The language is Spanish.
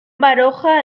baroja